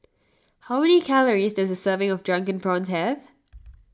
how many calories does a serving of Drunken Prawns have